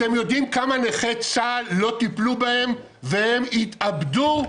אתם יודעים כמה נכי צה"ל לא טיפלו בהם והם התאבדו?